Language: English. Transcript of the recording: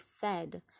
fed